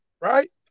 right